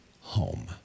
home